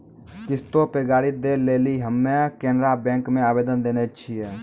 किश्तो पे गाड़ी दै लेली हम्मे केनरा बैंको मे आवेदन देने छिये